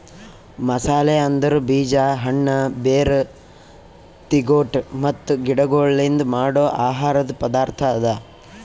ಮಸಾಲೆ ಅಂದುರ್ ಬೀಜ, ಹಣ್ಣ, ಬೇರ್, ತಿಗೊಟ್ ಮತ್ತ ಗಿಡಗೊಳ್ಲಿಂದ್ ಮಾಡೋ ಆಹಾರದ್ ಪದಾರ್ಥ ಅದಾ